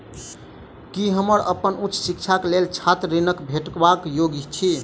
की हम अप्पन उच्च शिक्षाक लेल छात्र ऋणक भेटबाक योग्य छी?